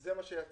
וזה מה שיצא.